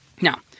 Now